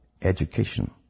education